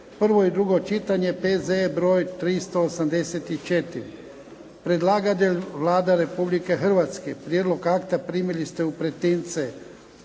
prvo i drugo čitanje, P.Z.E. broj 384 Predlagatelj je Vlada Republike Hrvatske. Prijedlog akta primili ste u pretince.